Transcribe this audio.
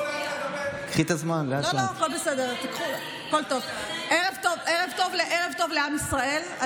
ערב טוב לעם ישראל.